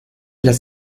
las